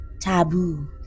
taboo